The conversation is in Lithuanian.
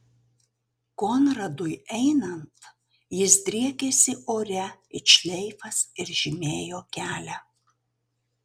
konradui einant jis driekėsi ore it šleifas ir žymėjo kelią